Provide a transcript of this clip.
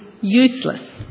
useless